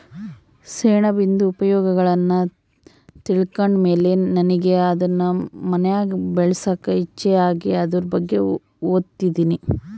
ಸೆಣಬಿಂದು ಉಪಯೋಗಗುಳ್ನ ತಿಳ್ಕಂಡ್ ಮೇಲೆ ನನಿಗೆ ಅದುನ್ ಮನ್ಯಾಗ್ ಬೆಳ್ಸಾಕ ಇಚ್ಚೆ ಆಗಿ ಅದುರ್ ಬಗ್ಗೆ ಓದ್ತದಿನಿ